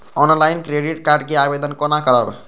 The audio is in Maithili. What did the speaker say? ऑनलाईन क्रेडिट कार्ड के आवेदन कोना करब?